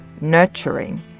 nurturing